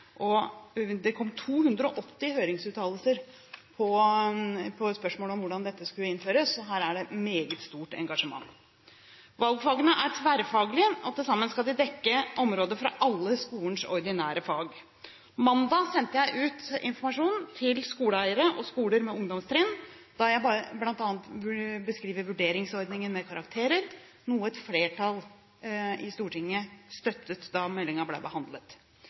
kom 280 høringsuttalelser på spørsmål om hvordan dette skulle innføres, så her er det et meget stort engasjement. Valgfagene er tverrfaglige, og til sammen skal de dekke områder fra alle skolens ordinære fag. Mandag sendte jeg ut informasjon til skoleeiere og skoler med ungdomstrinn, der jeg bl.a. beskriver vurderingsordningen med karakterer, noe et flertall i Stortinget støttet da meldingen ble behandlet.